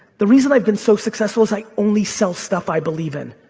the reason i've been so successful is i only sell stuff i believe in.